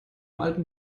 alten